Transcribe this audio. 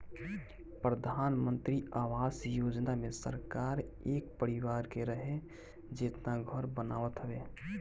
प्रधानमंत्री आवास योजना मे सरकार एक परिवार के रहे जेतना घर बनावत हवे